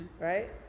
right